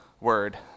word